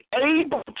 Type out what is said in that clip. able